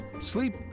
Sleep